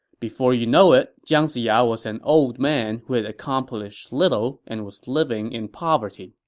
before you know it, jiang ziya was an old man who had accomplished little and was living in poverty